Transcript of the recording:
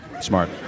smart